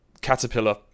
caterpillar